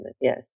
yes